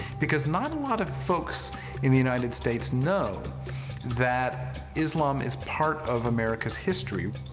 because not a lot of folks in the united states know that islam is part of america's history.